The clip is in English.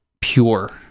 pure